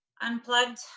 unplugged